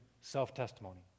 self-testimony